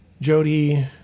jody